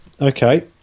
okay